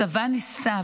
הצבא ניסה,